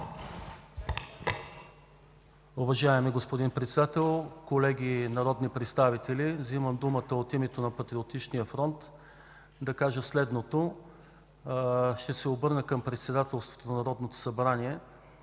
Уважаеми господин Председател, колеги народни представители, вземам думата от името на Патриотичния фронт да кажа следното. Ще се обърна към председателството на Народното събрание